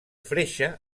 freixe